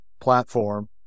platform